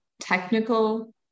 technical